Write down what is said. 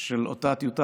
של אותה טיוטה.